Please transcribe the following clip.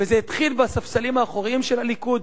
וזה התחיל בספסלים האחוריים של הליכוד,